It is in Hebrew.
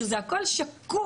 שזה הכל שקוף,